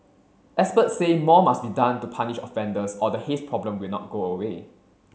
experts say more must be done to punish offenders or the haze problem will not go away